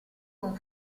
con